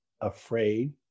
afraid